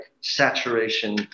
saturation